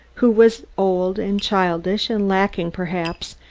who was old and childish, and lacking, perhaps,